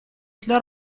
для